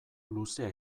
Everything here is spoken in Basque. luzea